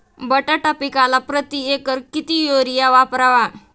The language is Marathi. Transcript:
बटाटा पिकाला प्रती एकर किती युरिया वापरावा?